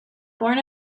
born